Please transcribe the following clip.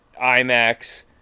IMAX